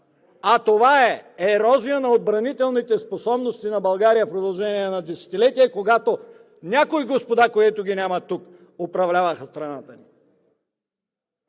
а това е ерозия на отбранителните способности на България в продължение на десетилетия, когато някои господа, които ги няма тук, управляваха страната ни.